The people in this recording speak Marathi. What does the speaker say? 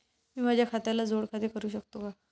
मी माझ्या खात्याला जोड खाते करू शकतो का?